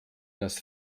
das